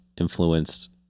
influenced